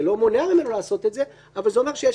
זה לא מונע ממנו לעשות את זה אבל זה אומר שיש